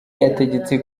yategetse